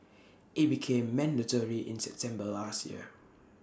IT became mandatory in September last year